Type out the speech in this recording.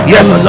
Yes